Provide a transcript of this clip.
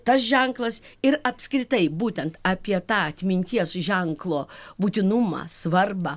tas ženklas ir apskritai būtent apie tą atminties ženklo būtinumą svarbą